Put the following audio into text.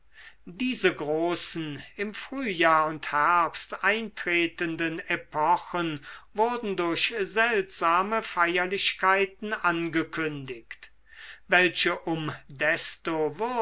diese großen im frühjahr und herbst eintretenden epochen wurden durch seltsame feierlichkeiten angekündigt welche um desto